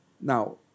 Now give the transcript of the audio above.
Now